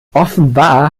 offenbar